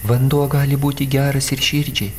vanduo gali būti geras ir širdžiai